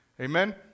Amen